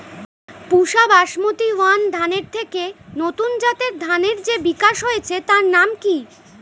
পুসা basmati one ধানের থেকে নতুন জাতের ধানের যে বিকাশ হয়েছে তার নাম কি?